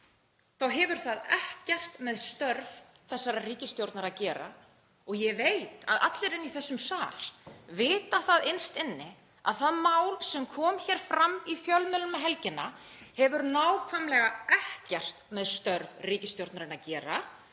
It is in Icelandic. þá hefur það ekkert með störf þessarar ríkisstjórnar að gera. Ég veit að allir í þessum sal vita það innst inni að það mál sem kom fram í fjölmiðlum um helgina hefur nákvæmlega ekkert með störf ríkisstjórnarinnar að gera